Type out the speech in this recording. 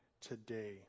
today